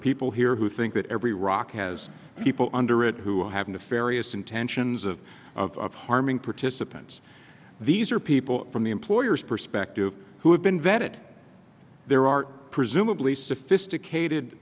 people here who think that every rock has people under it who have nefarious intentions of of harming participants these are people from the employer's perspective who have been vetted there are presumably sophisticated